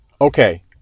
Okay